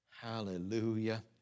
Hallelujah